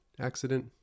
accident